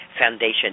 Foundation